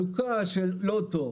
עלוקה של לוטו,